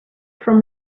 from